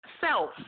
self